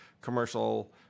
commercial